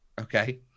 Okay